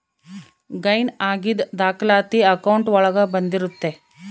gain ಆಗಿದ್ ದಾಖಲಾತಿ account ಒಳಗ ಬಂದಿರುತ್ತೆ